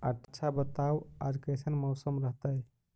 आच्छा बताब आज कैसन मौसम रहतैय?